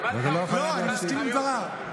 אני, ולא חייב, לא, אני מסכים עם דבריו.